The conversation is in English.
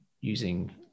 using